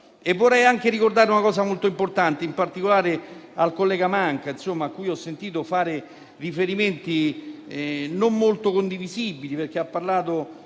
Vorrei anche ricordare una cosa molto importante, in particolare al collega senatore Manca, a cui ho sentito fare riferimenti non molto condivisibili, dicendo che abbiamo